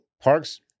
Parks